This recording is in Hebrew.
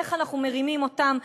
איך אנחנו מרימים אותן,